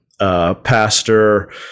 Pastor